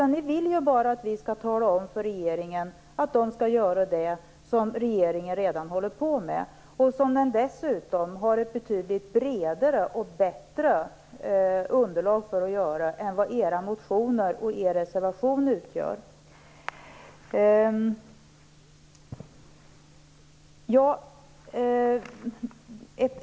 Ni vill bara att vi skall tala om för regeringen att den skall göra det som den redan håller på med och som regeringen dessutom har ett betydligt bättre och bredare underlag för än vad era motioner och er reservation utgör.